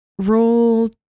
roll